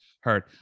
heard